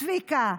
צביקה,